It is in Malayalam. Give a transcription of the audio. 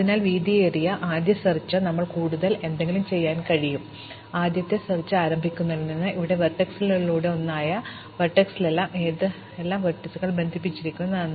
അതിനാൽ വീതിയേറിയ ആദ്യ തിരയലിൽ ഞങ്ങൾക്ക് കൂടുതൽ എന്തെങ്കിലും ചെയ്യാൻ കഴിയും ഞങ്ങൾ തിരിച്ചറിഞ്ഞത് നിങ്ങൾ ആദ്യത്തെ തിരയൽ ആരംഭിക്കുന്നിടത്ത് നിന്ന് ഉറവിട വെർടെക്സുകളിലൊന്നായ സാധാരണ വെർടെക്സിലേക്ക് ഏതെല്ലാം വെർട്ടീസുകൾ ബന്ധിപ്പിച്ചിരിക്കുന്നു എന്നതാണ്